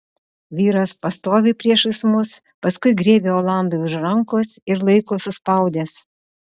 vyras pastovi priešais mus paskui griebia olandui už rankos ir laiko suspaudęs